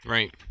Right